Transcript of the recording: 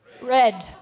Red